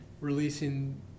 releasing